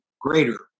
greater